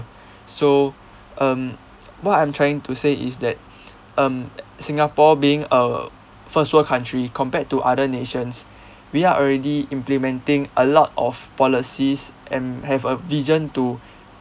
so um what I'm trying to say is that um singapore being a first world country compared to other nations we are already implementing a lot of policies and have a vision to